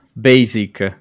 basic